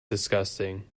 disgusting